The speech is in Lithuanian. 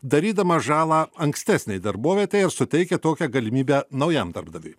darydamas žalą ankstesnei darbovietei ir suteikia tokią galimybę naujam darbdaviui